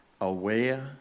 aware